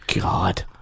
God